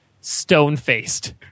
stone-faced